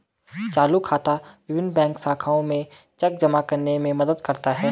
चालू खाता विभिन्न बैंक शाखाओं में चेक जमा करने में मदद करता है